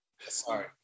Sorry